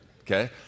okay